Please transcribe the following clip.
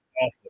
awesome